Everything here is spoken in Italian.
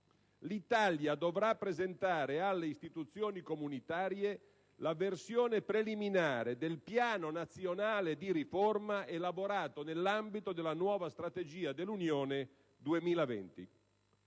l'Italia dovrà presentare alle istituzioni comunitarie la versione preliminare del Piano nazionale di riforma elaborato nell'ambito della nuova Strategia dell'Unione 2020.